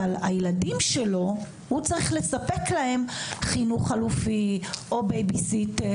אבל לילדים שלו הוא צריך לספק להם חינוך חלופי או בייביסיטר,